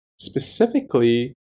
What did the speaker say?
specifically